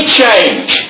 change